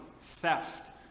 theft